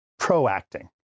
proacting